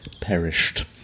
perished